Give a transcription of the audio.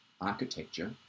architecture